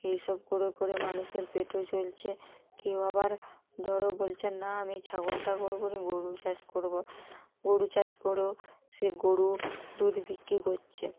এই সব করে করে মানুষের পেটও চলছে কেউ আবার ধরো বলছে না আমি ছাগলটা করবো রে গরু চাষ করবো গরু চাষ করো সেই গরু দুধ বিক্রি করছে